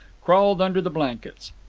crawled under the blankets.